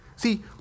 See